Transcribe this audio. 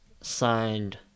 signed